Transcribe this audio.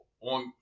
on